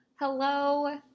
Hello